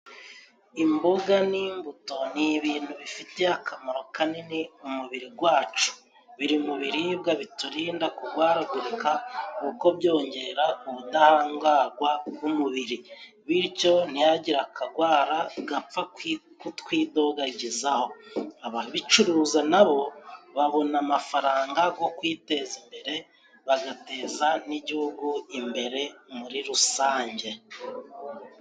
Imboga n'imbuto ni ibintu bifitiye akamaro kanini mu mubiri gwacu. Biri mu biribwa biturinda kugwaragurika, kuko byongera ubudahangagwa bw'umubiri. Bityo ntihagire akagwara gapfa kutwidogagizaho , ababicuruza na bo babona amafaranga go kwiteza imbere, bagateza n'igihugu imbere muri rusange.